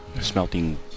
smelting